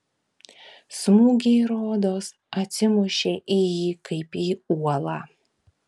smūgiai rodos atsimušė į jį kaip į uolą